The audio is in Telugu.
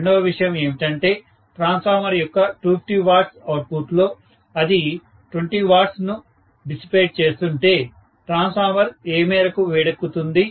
రెండవ విషయం ఏమిటంటే ట్రాన్స్ఫార్మర్ యొక్క 250 W అవుట్పుట్లో అది 20 W ను డిసిపేట్ చేస్తుంటే ట్రాన్స్ఫార్మర్ ఏ మేరకు వేడెక్కుతుంది